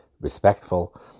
respectful